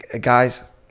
Guys